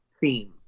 theme